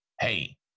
hey